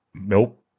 nope